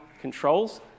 controls